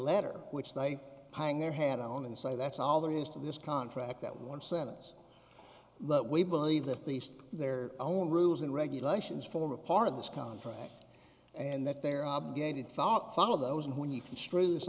letter which they hang their hand on and say that's all there is to this contract that one sentence but we believe that these their own rules and regulations form a part of this contract and that they're obligated thought five of those and when you constr